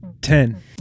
Ten